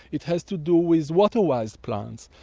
it has to do with water-wise plants,